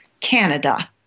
Canada